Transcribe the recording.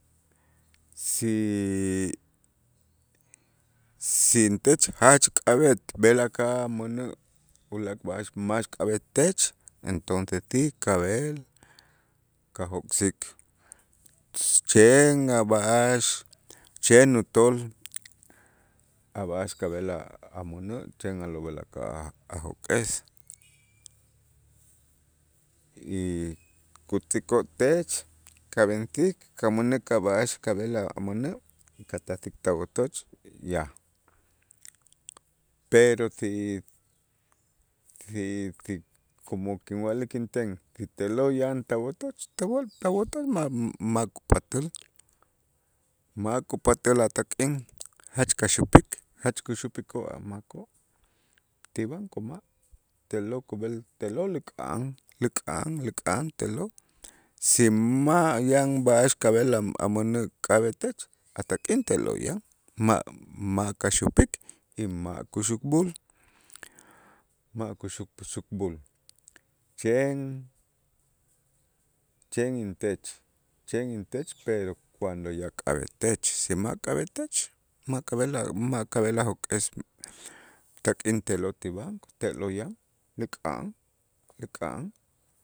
Si- si intech jach k'ab'et b'el aka'aj amänä' ulaak' b'a'a'x max k'ab'etech, entonces si kab'el kajok'sik chen a' b'a'ax chen utool a' b'a'ax kab'el a- amänä' chen a'lo' b'el aka'aj a jok'es, kutz'ikoo' tech kab'ensik kamänäk a' b'a'ax kab'el amänä' katasik tawotoch ya, pero si si si como kinwa'lik inten si te'lo' yan tawotoch tawo tawotoch ma'-ma' kupat'äl ma' kupat'äl a' tak'in jach kaxupik jach kuxupikoo' a' makoo' ti banco ma', te'lo' kub'el te'lo' lik'a'an, lik'a'an, lik'a'an te'lo' si ma' yan b'a'ax kab'el a- amänä' k'ab'etech a' tak'in te'lo' yan ma'-ma' kaxupik y ma' kuxupb'äl, ma' kuxupb'äl chen chen intech chen intech pero cuando ya k'ab'etech si ma' k'ab'etech ma' kab'el, ma' kab'el ajok'es tak'in te'lo' ti banco te'lo' yan lik'a'an, lik'a'an.